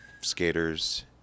skaters